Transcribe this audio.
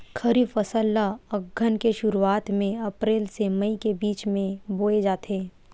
खरीफ फसल ला अघ्घन के शुरुआत में, अप्रेल से मई के बिच में बोए जाथे